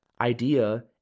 idea